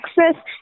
access